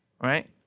right